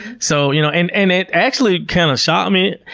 so you know, and and it actually kind of shocked me.